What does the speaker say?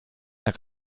nach